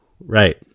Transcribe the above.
Right